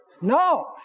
No